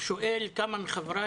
שואל כמה מחבריי,